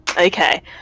Okay